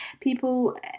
people